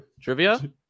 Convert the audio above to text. Trivia